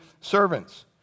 servants